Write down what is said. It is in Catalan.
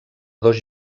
dos